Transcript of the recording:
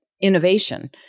innovation